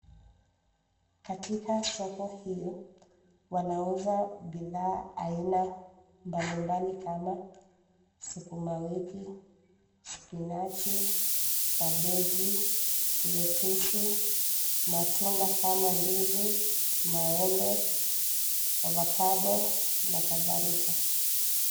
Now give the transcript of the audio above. Katika soko hii, wanauza bidhaa aina mbalimbali kama sukumawiki, spinachi, kabeji, letusi, matunda kama ndizi, maembe, ovakado na kadhalika.